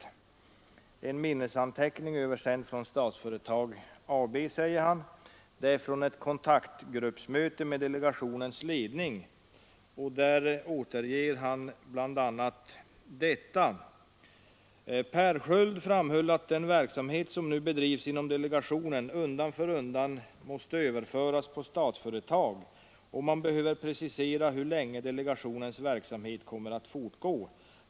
I en minnesanteckning, översänd från Statsföretag AB, från ett kontaktgruppsmöte med delegationens ledning återges bl.a. följande: ”Per Sköld framhöll att den verksamhet som nu bedrives inom delegationen undan för undan måste överföras på Statsföretag och man behöver precisera hur länge delegationens verksamhet kommer att fortgå.